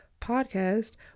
podcast